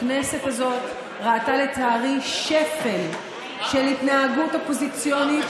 הכנסת הזאת ראתה לצערי שפל של התנהגות אופוזיציונית.